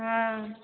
हँ